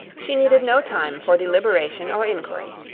she needed no time for deliberation or inquiry.